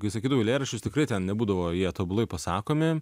kai sakydavau eilėraščius tikrai ten nebūdavo jie tobulai pasakomi